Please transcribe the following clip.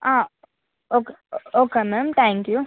ఓక okay ma'am thank you